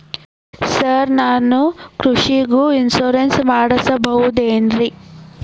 Sir ನಾನು ಕೃಷಿಗೂ insurance ಮಾಡಸಬಹುದೇನ್ರಿ?